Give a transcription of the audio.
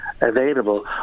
available